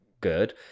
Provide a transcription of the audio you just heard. good